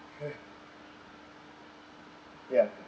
mm ya